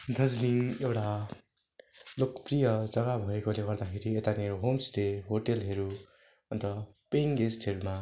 दार्जिलिङ एउटा लोकप्रिय जग्गा भएकोले गर्दाखेरि यतानिर होमस्टे होटेलहरू अन्त पेयिङ गेस्टहरूमा